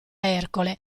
ercole